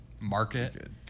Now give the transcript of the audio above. market